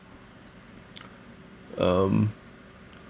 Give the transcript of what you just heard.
um